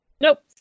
Nope